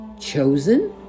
chosen